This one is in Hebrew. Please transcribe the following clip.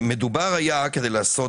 מדובר היה על כך